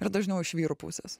ir dažniau iš vyrų pusės